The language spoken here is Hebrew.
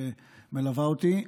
שמלווה אותי,